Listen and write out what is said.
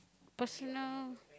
personal